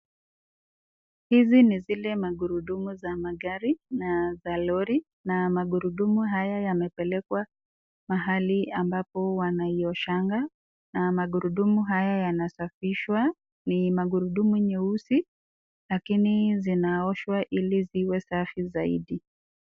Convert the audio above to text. Hizi ni zile magurudumu za magari na za lori na magurudumu haya yamepelekwa mahali ambapo wanaioshanga na magurudumu haya yanasafishwa ni magurudumu nyeusi lakini zinaoshwa ili ziwe safi zaidi.